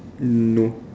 no